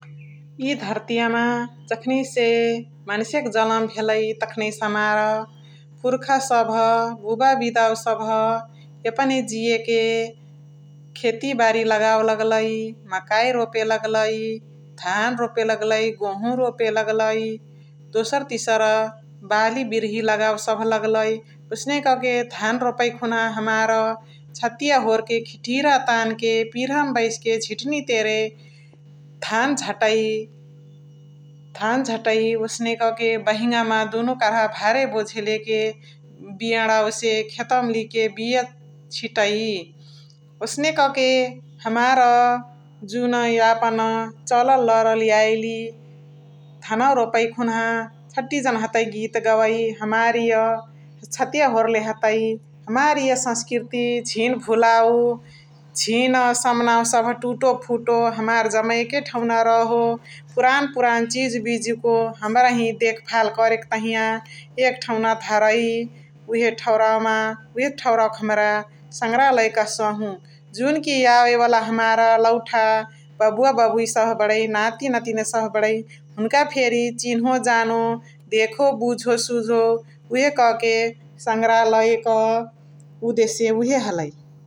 इ धर्तियामा जखानइसे मन्सेक जरम भेलाई तखानहिसे हमरार पुर्खा सबह बुवाअ बिदावो सबह एपनही जियके खेती बारी लगावे लगलाई, मकाइ लगावे लगलाई, धान रोपे लगलाई, गोहु रोपे लगलाई, दोसर तिसर बाली बिर्ही सबह लगावे लगलाई । ओसने कके धान रोपै खुन्हा हमार छतिया होरके खिटहिरा तानके, पिर्हा मा बैसके झिट्नी तेने धान झटइ । धान झटइ ओसने कके बहिङामा दुनु करहा भारे भोजे लेके बियणावसे खेतवमा लिगके बिय छिटइ । ओसने कके हमार जुन यापन चलाल लरल याइली धनवा रोपइ खुन्हा छति जना हतइ गीत गवइ । हमार इय छतिया होरले हतइ । हमार इय सस्कृति, झिन भुलावो, झिन समान्आवा सबह टुटो फुटो हमार जाममे एके ठौना रहो । पुरान पुरान चिजु बिजुको हमरही देख भाल करके तहिया एक ठौरा धाराइ । उहे ठौरावमा उहे ठौरावके हमरा सङ्ग्रहलय कहसाहु । जिनकी यावे वाला हमार लौठा बाबुवा बाबुइ सबह बणइ, नाती नतीनआ सबह बणइ हुनुका फेरी चिन्हो जानो, देखो बुझो, सुनो, सुझो उहे कहाँके सङ्ग्रहलयक उदेस्य उहे हलइ ।